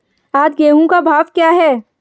आज गेहूँ का भाव क्या है?